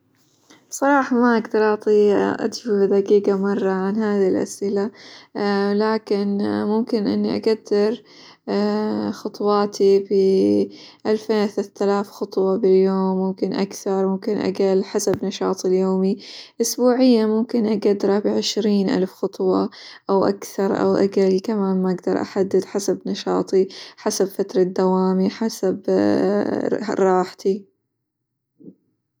صراحة ما أقدر أعطي أجوبة دقيقة مرة عن هذي الأسئلة، لكن ممكن إني أقدر خطواتي بألفين لثلاثة آلاف خطوة باليوم، ممكن أكثر، ممكن اقل حسب نشاطي اليومي، أسبوعيًا ممكن أقدره بعشرين ألف خطوة، أو أكثر، أو أقل، كمان ما أقدر أحدد حسب نشاطي، حسب فترة دوامي، حسب راحتي.